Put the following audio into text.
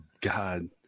god